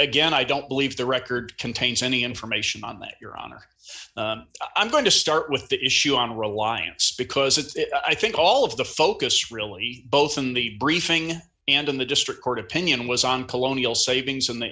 again i don't believe the record contains any information on that your honor i'm going to start with the issue on reliance because it i think all of the focus really both in the briefing and in the district court opinion was on colonial savings and the